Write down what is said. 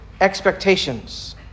expectations